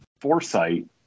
foresight